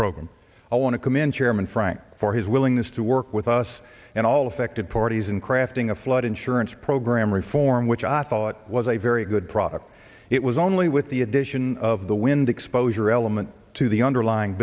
program i want to commend chairman frank for his willingness to work with us and all affected parties in crafting a flood insurance program reform which i thought was a very good product it was only with the addition of the wind exposure element to the underlying